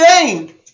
game